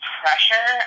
pressure